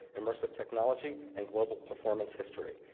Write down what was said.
immersive technology, and global performance history.